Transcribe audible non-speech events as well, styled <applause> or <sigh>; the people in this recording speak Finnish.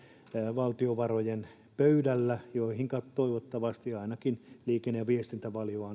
valtiovarojen pöydällä ja tähän toivottavasti ainakin liikenne ja viestintävaliokunta <unintelligible>